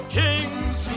kings